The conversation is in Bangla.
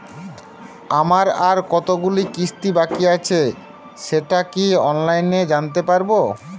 আমার আর কতগুলি কিস্তি বাকী আছে সেটা কি অনলাইনে জানতে পারব?